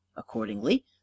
accordingly